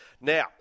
Now